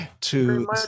to-